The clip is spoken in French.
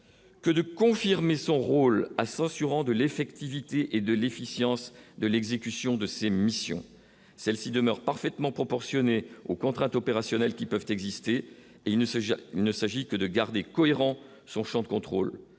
que de confirmer son rôle à s'assurant de l'effectivité et de l'efficience de l'exécution de ces missions, celle-ci demeure parfaitement proportionnée aux contraintes opérationnelles qui peuvent exister et il ne s'agit il ne s'agit que de garder cohérent son Champ de contrôle